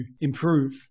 improve